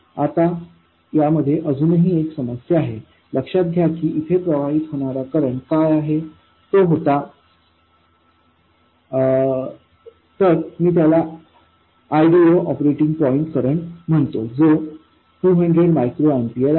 आता यामध्ये अजूनही एक समस्या आहे लक्षात घ्या की इथे प्रवाहित होणारा करंट काय होता तो होता तर मी त्याला ID0ऑपरेटिंग पॉईंट करंट म्हणतो जो 200 मायक्रो एम्पीअर आहे